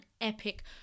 epic